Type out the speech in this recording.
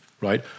right